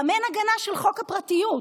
גם אין הגנה של חוק הפרטיות,